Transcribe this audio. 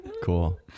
Cool